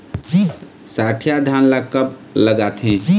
सठिया धान ला कब लगाथें?